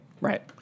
Right